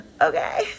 Okay